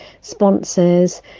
sponsors